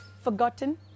forgotten